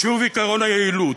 שוב עקרון היעילות,